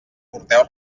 porteu